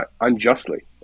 unjustly